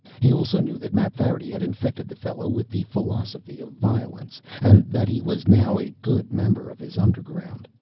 he also knew that mapfarity had infected the fellow with the philosophy of violence and that he was now a good member of his underground.